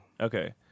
Okay